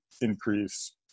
increase